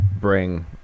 bring